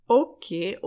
okay